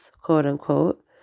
quote-unquote